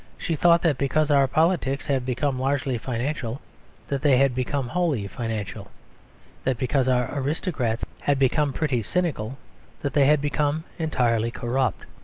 she thought that because our politics have become largely financial that they had become wholly financial that because our aristocrats had become pretty cynical that they had become entirely corrupt.